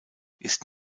ist